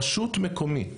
רשות מקומית